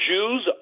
Jews